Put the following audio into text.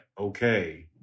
okay